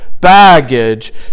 baggage